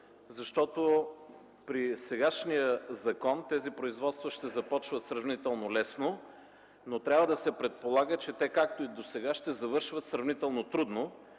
защото при сегашния закон тези производства ще започват сравнително лесно, но трябва да се предполага, че те, както и досега, ще завършват сравнително трудно,